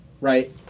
Right